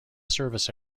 service